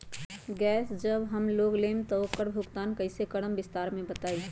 Gas जब हम लोग लेम त उकर भुगतान कइसे करम विस्तार मे बताई?